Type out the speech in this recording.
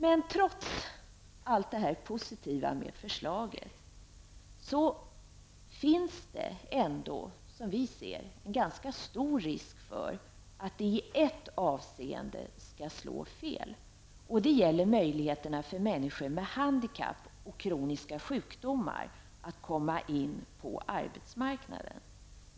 Men trots allt det positiva i förslaget, finns det ändå som vi ser det en ganska stor risk att det i ett avseende slår fel, nämligen vad gäller möjligheterna för människor med handikapp och kroniska sjukdomar att komma in på arbetsmarknaden.